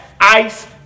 Ice